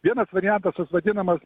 vienas variantas tas vadinamas